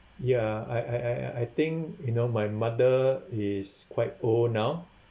ya I I I I I think you know my mother is quite old now